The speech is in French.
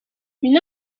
une